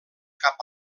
cap